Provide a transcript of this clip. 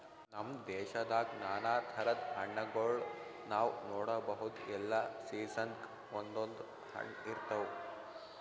ನಮ್ ದೇಶದಾಗ್ ನಾನಾ ಥರದ್ ಹಣ್ಣಗೋಳ್ ನಾವ್ ನೋಡಬಹುದ್ ಎಲ್ಲಾ ಸೀಸನ್ಕ್ ಒಂದೊಂದ್ ಹಣ್ಣ್ ಇರ್ತವ್